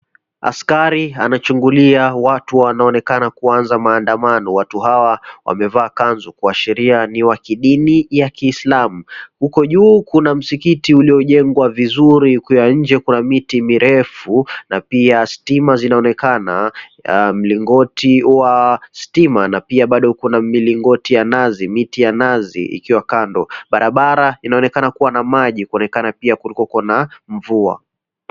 Askari anachungulia watu wanaoonekana kuanza maandamano. Watu hawa wamevaa kanzu kuashiria ni wa kidini ya kiislamu. Huko juu kuna msikiti uliojengwa vizuri ukiwa nje kwa miti mirefu na pia stima zinaonekana, mlingoti wa stima na pia bado kuna milingoti ya nazi, miti ya nazi ikiwa kando. Barabara inaonekana kuwa na maji kuonekana pia kulikuwako na mvua.